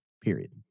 period